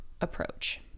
approach